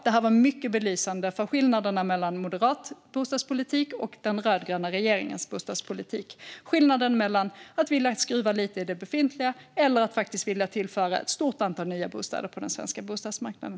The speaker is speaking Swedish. Det här var mycket belysande av skillnaderna mellan moderat bostadspolitik och den rödgröna regeringens bostadspolitik, skillnaden mellan att vilja skruva lite i det befintliga och att vilja tillföra ett stort antal nya bostäder på den svenska bostadsmarknaden.